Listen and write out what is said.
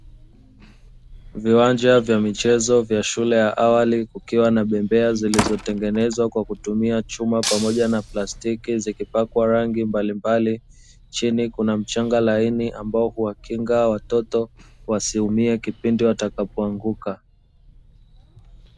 Viwanja vya michezo vya shule ya awali kukiwa na bembea zilizotengenezwa kwa kutumia chuma pamoja na plastiki zikipakwa rangi mbalimbali, chini kuna mchanga laini ambao huwakinga watoto wasiumie kipindi watakapoanguka.